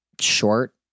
short